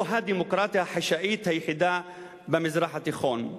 הדמוקרטיה החשאית היחידה במזרח התיכון.